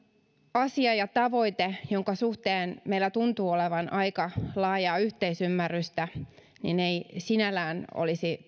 asia ja tavoite jonka suhteen meillä tuntuu olevan aika laajaa yhteisymmärrystä niin ei sinällään olisi